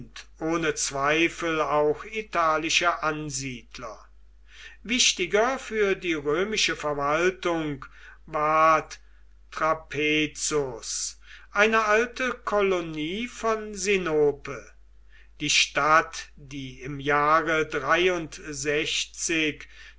ohne zweifel auch italische ansiedler wichtiger für die römische verwaltung ward trapezus eine alte kolonie von sinope die stadt die im jahre